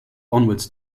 onwards